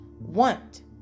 want